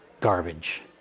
garbage